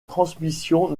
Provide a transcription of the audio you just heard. transmission